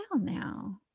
now